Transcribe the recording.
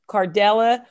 Cardella